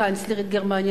קנצלרית גרמניה,